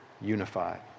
unified